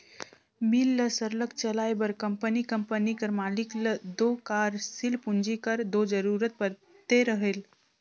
मील ल सरलग चलाए बर कंपनी कंपनी कर मालिक ल दो कारसील पूंजी कर दो जरूरत परते रहेल